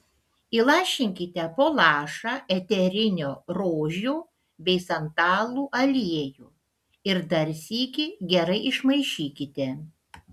įlašinkite po lašą eterinio rožių bei santalų aliejų ir dar sykį gerai išmaišykite